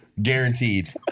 Guaranteed